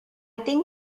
think